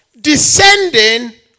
Descending